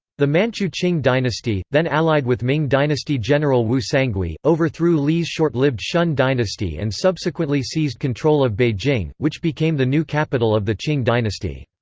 the manchu qing dynasty, then allied with ming dynasty general wu sangui, overthrew li's short-lived shun dynasty and subsequently seized control of beijing, which became the new capital of the qing dynasty.